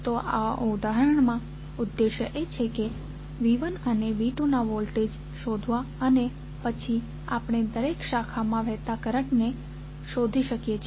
તો આ ઉદાહરણમાં ઉદ્દેશ એ છે કે V1 અને V2 ના વોલ્ટેજ શોધવા અને પછી આપણે દરેક શાખામાં વહેતા કરંટને શોધી શકીએ છીએ